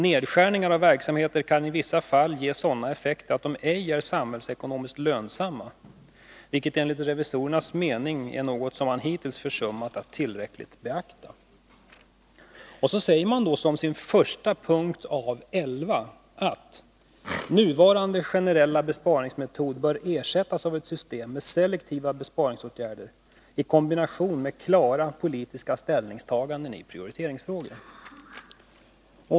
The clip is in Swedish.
——— Nedskärningar av verksamheter kan i vissa fall ge sådana effekter att de ej är samhällsekonomiskt lönsamma, vilket enligt revisorernas mening är något som man hittills försummat att tillräckligt beakta.” Så säger man som sin första punkt av elva att nuvarande generella besparingsmetod bör ersättas av ett system med selektiva besparingsåtgärder i kombination med klara politiska ställningstaganden i prioriteringsfrågorna.